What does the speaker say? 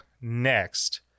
next